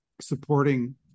supporting